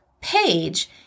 page